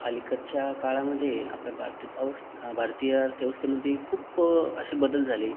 अलीकडच्या काळामध्ये आपल्या भारतीत अवस्थे भारतीय अर्थव्यवस्थेमध्ये खूप असे बदल झाले